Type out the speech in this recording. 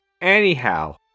anyhow